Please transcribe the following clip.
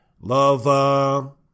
Love